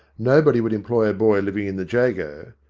nobody would em ploy a boy living in the jago.